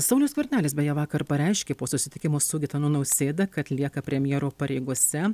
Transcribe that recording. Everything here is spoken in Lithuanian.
saulius skvernelis beje vakar pareiškė po susitikimo su gitanu nausėda kad lieka premjero pareigose